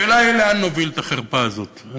השאלה היא לאן נוביל את החרפה הזאת.